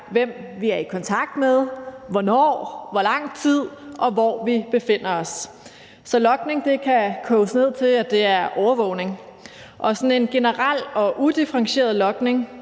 hvem vi er i kontakt med, hvornår, hvor lang tid, og hvor vi befinder os. Så logning kan koges ned til, at det er overvågning, og sådan en generel og udifferentieret logning